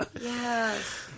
yes